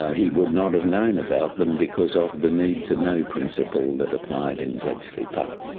he would not have known about them because of the need-to-know principle that applied in bletchley park.